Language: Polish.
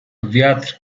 wiatr